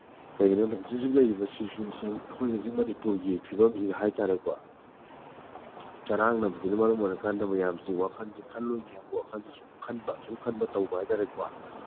ꯀꯩꯒꯤꯅꯣꯗ ꯍꯧꯖꯤꯛ ꯍꯧꯖꯤꯛ ꯂꯩꯔꯤꯕ ꯁꯤꯆ꯭ꯋꯦꯁꯟ ꯑꯩꯈꯣꯏ ꯍꯧꯖꯤꯛ ꯃꯅꯤꯄꯨꯔꯒꯤ ꯐꯤꯕꯝꯁꯤꯗ ꯍꯥꯏ ꯇꯥꯔꯦꯀꯣ ꯆꯔꯥꯡꯅꯕꯁꯤꯅ ꯃꯔꯝ ꯑꯣꯏꯔꯀꯥꯟꯗ ꯃꯌꯥꯝꯁꯦ ꯋꯥꯈꯟꯁꯦ ꯈꯜꯂꯣꯏꯒꯦ ꯍꯥꯏꯕ ꯋꯥꯈꯟꯁꯦ ꯁꯨꯝ ꯈꯟꯕ ꯇꯧꯕ ꯍꯥꯏ ꯇꯥꯔꯦꯀꯣ